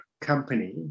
company